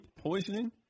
poisoning